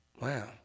Wow